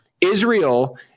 Israel